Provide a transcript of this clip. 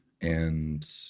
and-